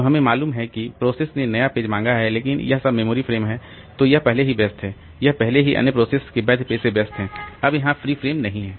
तो हमें मालूम है कि प्रोसेस ने नया पेज मांगा हैलेकिन यह सब मेमोरी फ्रेम है तो यह पहले से ही व्यस्त हैं यह पहले से ही अन्य प्रोसेस के वैध पेज से व्यस्त हैं अब यहां फ्री फ्रेम नहीं है